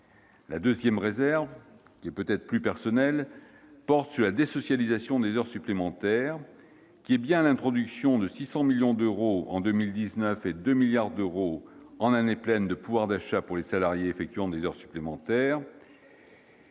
La seconde réserve- peut-être plus personnelle -porte sur la désocialisation des heures supplémentaires, qui est bien l'introduction de 600 millions d'euros en 2019 et de 2 milliards d'euros en année pleine de pouvoir d'achat pour les salariés accomplissant des heures supplémentaires.